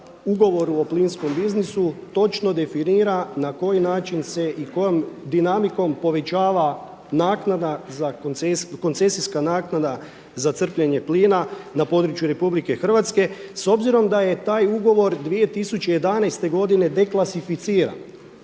ugovoru o plinskom biznisu točno definira na koji način se i kojom dinamikom povećava naknada, koncesijska naknada za crpljenje plina na području Republike Hrvatske s obzirom da je taj ugovor 2011. godine deklasificiran.